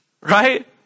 Right